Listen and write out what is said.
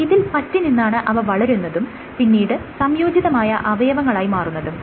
ഇതിൽ പറ്റി നിന്നാണ് അവ വളരുന്നതും പിന്നീട് സംയോജിതമായ അവയവങ്ങളായി മാറുന്നതും